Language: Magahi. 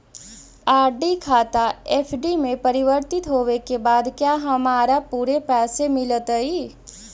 आर.डी खाता एफ.डी में परिवर्तित होवे के बाद क्या हमारा पूरे पैसे मिलतई